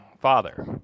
Father